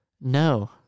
No